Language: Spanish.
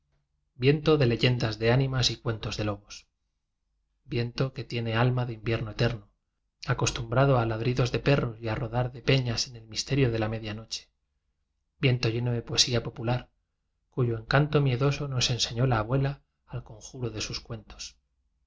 de leyendas de ánimas y cuentos de lobos viento que tiene alma de invierno eterno acostumbra do a ladridos de perros y rodar de peñas en el misterio de la media noche viento lleno de poesía popular cuyo encanto mie doso nos ensenó la abuela al conjuro de sus cuentos